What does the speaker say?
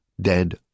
dead